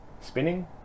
Spinning